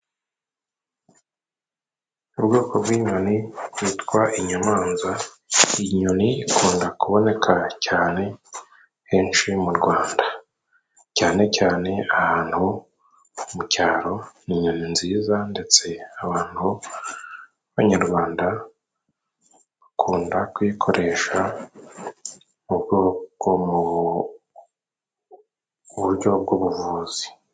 Ubwoko bw'inyoni yitwa inyamanza. Iyi nyoni ikunda kuboneka cyane henshi mu Rwanda cyane cyane ahantu mu cyaro. Ni inyoni nziza ndetse abantu b'abanyarwanda bakunda kuyikoresha mu bwoko mu buryo bw'ubuvuzi.